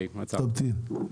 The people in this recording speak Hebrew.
תמתין.